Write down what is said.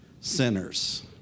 sinners